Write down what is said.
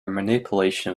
manipulation